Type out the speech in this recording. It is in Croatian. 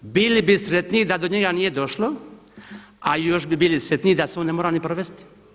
Bili bi sretniji da do njega nije došlo a i još bi bili sretniji da se on ne mora ni provesti.